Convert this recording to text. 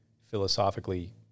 philosophically